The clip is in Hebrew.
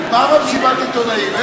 מה עם מסיבת העיתונאים?